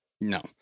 No